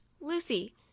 Lucy